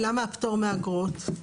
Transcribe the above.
ולמה הפטור מאגרות?